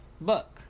book